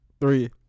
Three